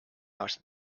aasta